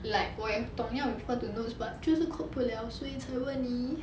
like 我也懂要 refer to notes but 就是 cope 不了才问你